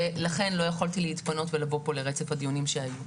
ולכן לא יכולתי להתפנות ולבוא לרצף הדיונים שהיו פה.